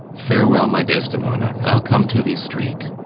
farewell, my desdemona i'll come to thee straight.